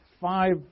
five